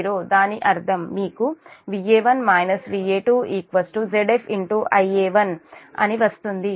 దాని అర్థం మీకు Va1 Va2 Zf Ia1 అని వస్తుంది